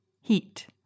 Heat